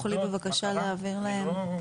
אז בבקשה תעביר להם.